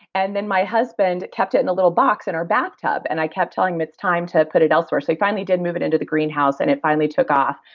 and then my husband kept it in a little box in our bathtub and i kept telling him it's time to put it elsewhere, so he finally did move it into the greenhouse and it finally took off.